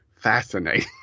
fascinating